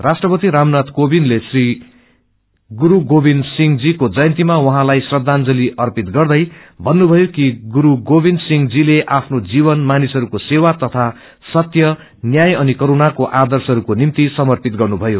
राष्ट्रपति रामनाथ कोविन्दले श्री गुरू गोविन्द सिंहजीको जचन्तीमा उहाँलाई श्रदाजंती अर्पित गर्दै भन्नुभयो कि गुरू गोविन्द सिंह जीले आफ्नो जीवन मानिसहरूको सेवा तथा सत्य न्याय अशिकरणको आद्रशहरूको निभ्ति समर्पित गर्नुभयो